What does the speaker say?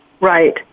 Right